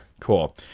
Cool